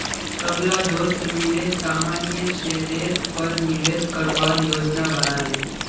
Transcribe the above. सबला दोस्त मिले सामान्य शेयरेर पर निवेश करवार योजना बना ले